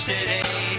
Today